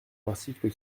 l’article